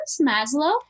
Maslow